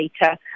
later